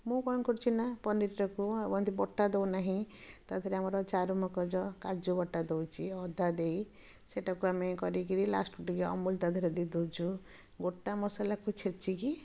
ମୁଁ କ'ଣ କରୁଛି ନା ପନିରଟାକୁ ଆଉ ଏମିତି ବଟା ଦେଉନାହିଁ ତା ଦେହରେ ଆମର ଚାରୁ ମଗଜ କାଜୁ ବଟା ଦଉଚି ଅଦା ଦେଇ ସେଇଟାକୁ ଆମେ କରିକିରି ଲାଷ୍ଟକୁ ଟିକେ ଅମୁଲ ତା ଦେହରେ ଦେଇ ଦେଉଛୁ ଗୋଟା ମସଲାକୁ ଛେଚିକି